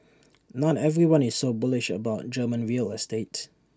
not everyone is so bullish about German real estate